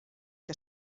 que